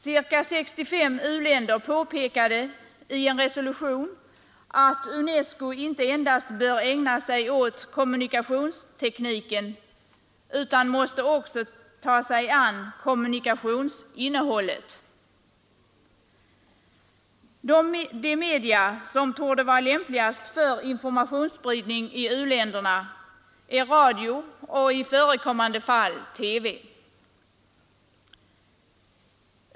Ca 65 u-länder påpekade i en resolution att UNESCO inte endast bör ägna sig åt kommunikationstekniken utan också måste ta sig an kommunikationsinnehållet. De media som torde vara lämpligast för informationsspridning i u-länderna är radio och i förekommande fall TV.